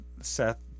Seth